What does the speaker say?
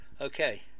Okay